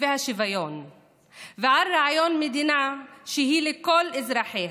והשוויון ועל רעיון מדינה שהיא לכל אזרחיה.